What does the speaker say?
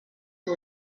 who